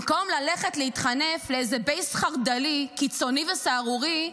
במקום ללכת להתחנף לאיזה בייס חרד"לי קיצוני וסהרורי,